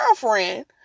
girlfriend